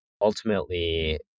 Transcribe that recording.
ultimately